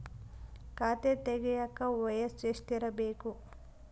ಖಾತೆ ತೆಗೆಯಕ ವಯಸ್ಸು ಎಷ್ಟಿರಬೇಕು?